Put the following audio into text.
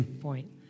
point